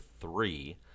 three